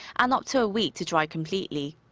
and up to a week to dry completely.